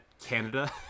Canada